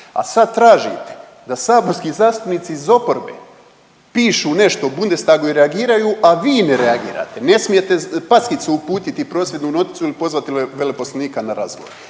a sad tražite da saborski zastupnici iz oporbe pišu nešto Bundestagu i reagiraju, a vi ne reagirati, ne smijete packicu uputiti, prosvjednu noticu ili pozvati veleposlanika na razgovor.